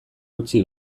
utzi